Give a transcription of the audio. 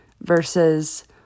versus